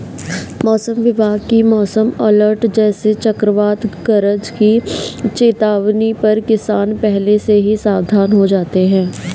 मौसम विभाग की मौसम अलर्ट जैसे चक्रवात गरज की चेतावनी पर किसान पहले से ही सावधान हो जाते हैं